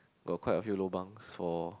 got quite a few lobang for